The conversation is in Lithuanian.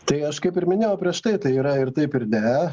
tai aš kaip ir minėjau prieš tai tai yra ir taip ir ne